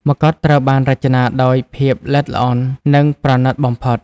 ម្កុដត្រូវបានរចនាដោយ ភាពល្អិតល្អន់ និងប្រណីតបំផុត។